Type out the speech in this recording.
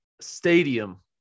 stadium